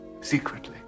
secretly